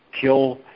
kill